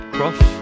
Cross